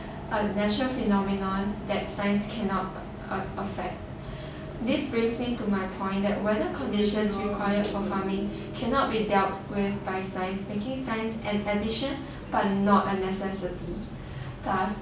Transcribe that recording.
a natural phenomenon that science cannot affect this brings me to my point that weather conditions require farming cannot be dealt with by science making science an addition but not a necessity thus